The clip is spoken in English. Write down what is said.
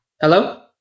Hello